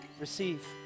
Receive